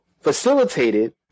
facilitated